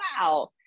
wow